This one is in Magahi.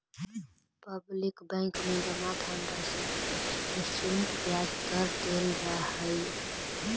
पब्लिक बैंक में जमा धनराशि पर एक निश्चित ब्याज दर देल जा हइ